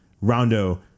Rondo